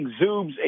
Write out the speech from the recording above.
exudes